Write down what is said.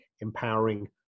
empowering